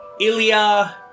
Ilya